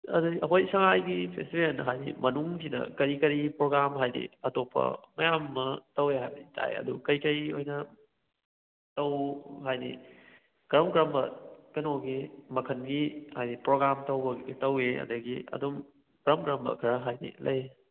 ꯑꯗꯨꯗꯤ ꯑꯩꯈꯣꯏ ꯁꯉꯥꯏꯒꯤ ꯐꯦꯁꯇꯤꯚꯦꯜ ꯍꯥꯏꯗꯤ ꯃꯅꯨꯡꯁꯤꯗ ꯀꯔꯤ ꯀꯔꯤ ꯄ꯭ꯔꯣꯒ꯭ꯔꯥꯝ ꯍꯥꯏꯗꯤ ꯑꯇꯣꯞꯄ ꯃꯌꯥꯝ ꯑꯃ ꯇꯧꯋꯦ ꯍꯥꯏꯕꯗꯤ ꯇꯥꯏ ꯑꯗꯨ ꯀꯩꯀꯩ ꯑꯣꯏꯅ ꯍꯥꯏꯗꯤ ꯀꯔꯝ ꯀꯔꯝꯕ ꯀꯩꯅꯣꯒꯤ ꯃꯈꯟꯒꯤ ꯍꯥꯏꯗꯤ ꯄ꯭ꯔꯣꯒ꯭ꯔꯥꯝ ꯇꯧꯕ ꯇꯧꯋꯤ ꯑꯗꯒꯤ ꯑꯗꯨꯝ ꯀꯔꯝ ꯀꯔꯝꯕ ꯏꯔ ꯍꯥꯏꯗꯤ ꯂꯩ